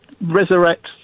resurrect